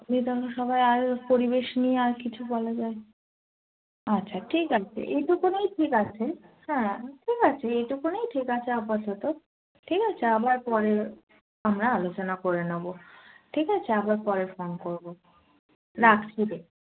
আ ত সবাই আর পরিবেশ নিয়ে আর কিছু বলা যায় আচ্ছা ঠিক আছে এইটুকই ঠিক আছে হ্যাঁ ঠিক আছে এইটুকুনই ঠিক আছে আপাতত ঠিক আছে আবার পরে আমরা আলোচনা করে নেবো ঠিক আছে আবার পরে ফোন করবো রাখছি র